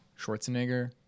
Schwarzenegger